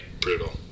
brutal